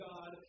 God